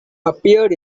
appeared